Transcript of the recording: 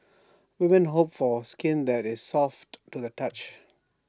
women hope for skin that is soft to the touch